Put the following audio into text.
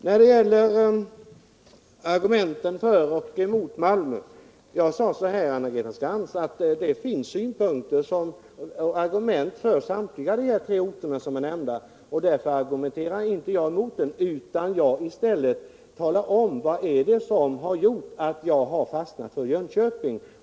När det gäller argument för och emot Malmö framhöll jag, Anna-Greta Skantz, att det finns argument för samtliga de tre orter som är nämnda. Därför argumenterade jag inte för eller emot utan talade i stället om vad som har gjort att jag fastnade för Jönköping.